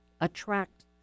attract